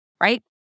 right